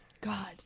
God